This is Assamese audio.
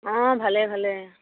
অঁ ভালেই ভালেই